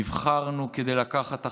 נבחרנו כדי לקחת אחריות,